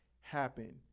happen